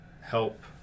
help